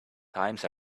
times